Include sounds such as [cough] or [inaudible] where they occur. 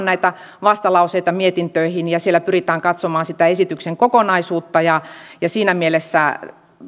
[unintelligible] näitä vastalauseita mietintöihin ja siellä pyritään katsomaan sitä esityksen kokonaisuutta siinä mielessä